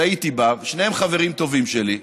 שהייתי בה, שניהם חברים טובים שלי,